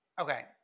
Okay